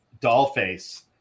Dollface